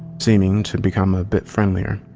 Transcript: seeming to become a bit friendlier.